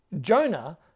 Jonah